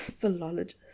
Philologist